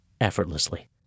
effortlessly